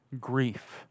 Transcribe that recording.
grief